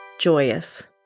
joyous